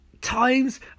times